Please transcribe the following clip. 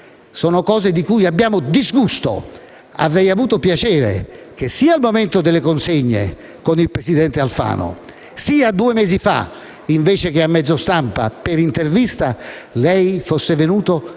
Sono cose di cui abbiamo disgusto. Avrei avuto piacere che, sia al momento del passaggio delle consegne con il presidente Alfano sia due mesi fa, invece che a mezzo stampa e per intervista, lei fosse venuto